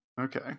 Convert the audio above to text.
Okay